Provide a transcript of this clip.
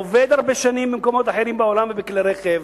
עובד הרבה שנים במקומות אחרים בעולם בכלי-רכב,